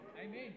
Amen